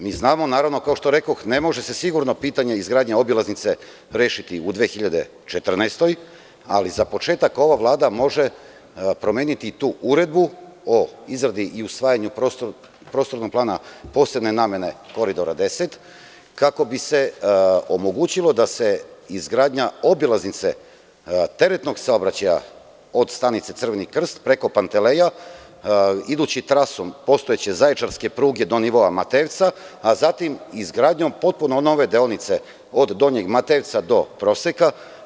Mi znamo naravno, kao što rekoh ne može se sigurno pitanje izgradnje obilaznice rešiti u 2014. godini, ali za početak ova Vlada može promeniti tu Uredbu o izradi i usvajanju prostornog plana posebne namene Koridora 10 kako bi se omogućilo da izgradnja obilaznice teretnog saobraćaja od stanice Crveni krst preko Panteleja, idući trasom postojeće zaječarske pruge do nivoa Matejevca, a zatim izgradnjom potpuno nove deonice od Donjeg Matejevca do Proseka.